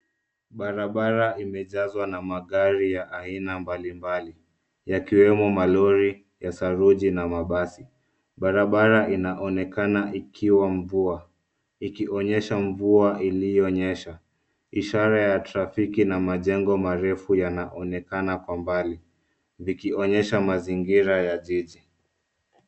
Barabara imejazwa na magari ya aina mbalimbali yakiwemo malori ya saruji na mabasi. Barabara inaonekana ikiwa mvua ikionyesha mvua iliyonyesha. Ishara ya trafiki na majengo marefu yanaonekana kwa mbali zikionyesha mazingira ya jiji.